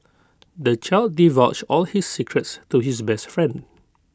the child divulged all his secrets to his best friend